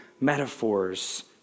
metaphors